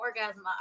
orgasm